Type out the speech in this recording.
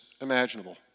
imaginable